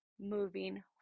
moving